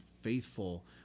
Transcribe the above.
faithful